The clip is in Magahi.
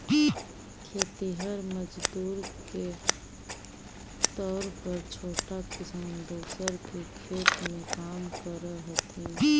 खेतिहर मजदूर के तौर पर छोटा किसान दूसर के खेत में काम करऽ हथिन